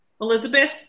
Elizabeth